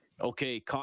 okay